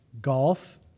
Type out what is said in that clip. golf